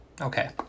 Okay